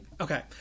Okay